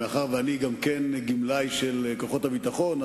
שמאחר שגם אני גמלאי של כוחות הביטחון,